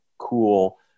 cool